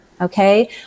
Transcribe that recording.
okay